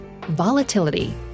volatility